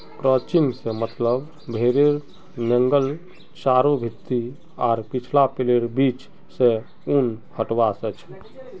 crutching से मतलब भेडेर नेंगड चारों भीति आर पिछला पैरैर बीच से ऊनक हटवा से छ